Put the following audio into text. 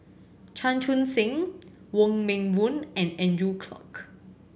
Chan Chun Sing Wong Meng Voon and Andrew Clarke